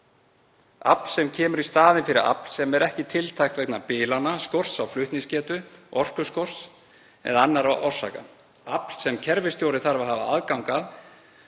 Afl sem kemur í staðinn fyrir afl sem er ekki tiltækt vegna bilana, skorts á flutningsgetu, orkuskorts eða annarra orsaka. Afl sem kerfisstjóri þarf að hafa aðgang